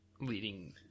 leading